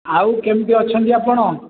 ଆଉ କେମିତି ଅଛନ୍ତି ଆପଣ